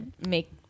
make